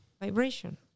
vibration